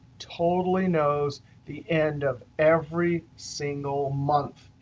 totally knows the end of every single month.